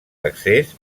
accés